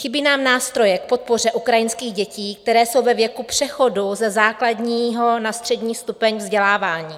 Chybí nám nástroje k podpoře ukrajinských dětí, které jsou ve věku přechodu ze základního na střední stupeň vzdělávání.